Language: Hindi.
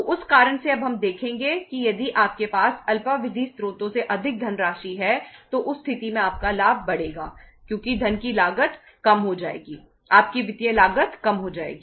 तो उस कारण से अब हम देखेंगे कि यदि आपके पास अल्पावधि स्रोतों से अधिक धनराशि है तो उस स्थिति में आपका लाभ बढ़ेगा क्योंकि धन की लागत कम हो जाएगी आपकी वित्तीय लागत कम हो जाएगी